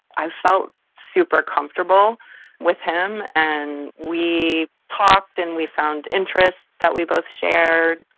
i felt super comfortable with him, and we talked and we found interests that we both shared,